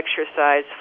exercise